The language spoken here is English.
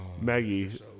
Maggie